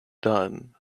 done